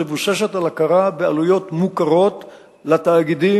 מבוססת על הכרה בעלויות מוכרות לתאגידים,